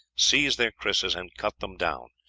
seize their krises, and cut them down,